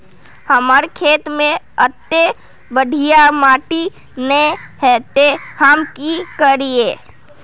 हमर खेत में अत्ते बढ़िया माटी ने है ते हम की करिए?